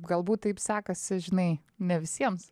galbūt taip sekasi žinai ne visiems